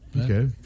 Okay